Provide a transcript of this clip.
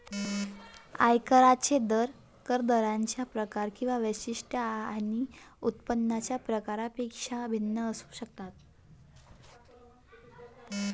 आयकरांचे दर करदात्यांचे प्रकार किंवा वैशिष्ट्ये आणि उत्पन्नाच्या प्रकारापेक्षा भिन्न असू शकतात